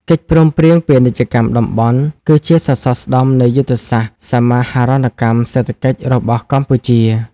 កិច្ចព្រមព្រៀងពាណិជ្ជកម្មតំបន់ គឺជាសសរស្តម្ភនៃយុទ្ធសាស្ត្រសមាហរណកម្មសេដ្ឋកិច្ចរបស់កម្ពុជា។